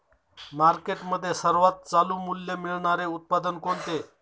मार्केटमध्ये सर्वात चालू मूल्य मिळणारे उत्पादन कोणते?